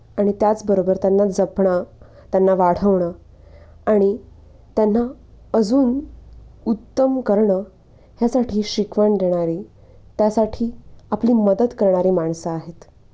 आणि त्याचबरोबर त्यांना जपणं त्यांना वाढवणं आणि त्यांना अजून उत्तम करणं ह्यासाठी शिकवण देणारी त्यासाठी आपली मदत करणारी माणसं आहेत